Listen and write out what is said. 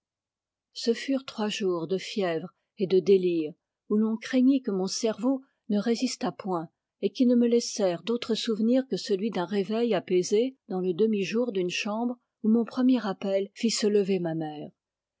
ce furent trois jours de fièvre et de délire où l'on craignit que mon cerveau ne résistât point et qui ne me laissèrent d'autre souvenir que celui d'un réveil apaisé dans le demi-jour d'une chambre où mon premier appel fit se lever ma mère